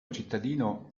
cittadino